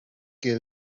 que